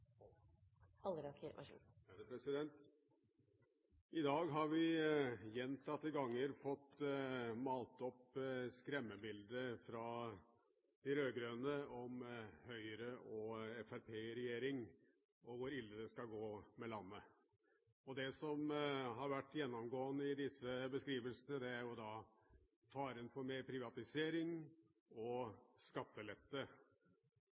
hele tatt. I dag har vi gjentatte ganger fått malt opp skremmebilder fra de rød-grønne om en Høyre- og Fremskrittsparti-regjering og om hvor ille det skal gå med landet. Det som har vært gjennomgående i disse beskrivelsene, er faren for mer privatisering